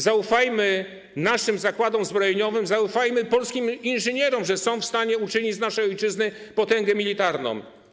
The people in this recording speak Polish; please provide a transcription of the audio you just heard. Zaufajmy naszym zakładom zbrojeniowym, zaufajmy polskim inżynierom, że są w stanie uczynić z naszej ojczyzny potęgę militarną.